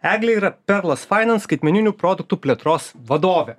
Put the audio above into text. eglė yra perlas fainas skaitmeninių produktų plėtros vadovė